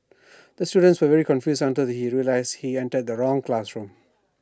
the student was very confused until he realised he entered the wrong classroom